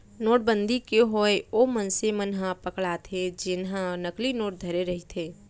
नोटबंदी के होय ओ मनसे मन ह पकड़ाथे जेनहा नकली नोट धरे रहिथे